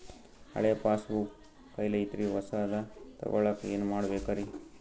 ಹಳೆ ಪಾಸ್ಬುಕ್ ಕಲ್ದೈತ್ರಿ ಹೊಸದ ತಗೊಳಕ್ ಏನ್ ಮಾಡ್ಬೇಕರಿ?